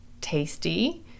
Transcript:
tasty